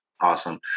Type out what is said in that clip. Awesome